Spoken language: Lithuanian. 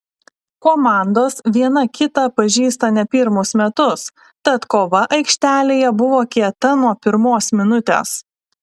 komandos viena kitą pažįsta ne pirmus metus tad kova aikštelėje buvo kieta nuo pirmos minutės